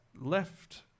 left